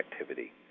activity